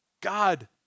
God